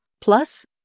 Plus